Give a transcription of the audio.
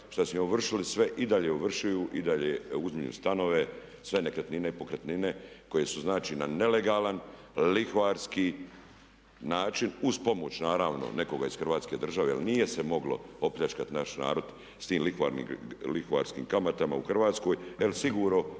šta su im ovršili sve i dalje ovršuju i dalje uzimaju stanove, sve nekretnine i pokretnine koje su znači na nelegalan, lihvarski način uz pomoć naravno nekoga iz Hrvatske države. Jer nije se moglo opljačkati naš narod s tim lihvarskim kamatama u Hrvatskoj, jer sigurno